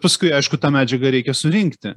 paskui aišku tą medžiagą reikia surinkti